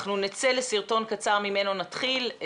אנחנו נצא לסרטון קצר ממנו נתחיל.